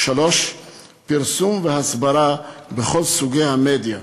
3. פרסום והסברה בכל סוגי המדיה,